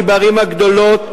כי בערים הגדולות,